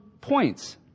points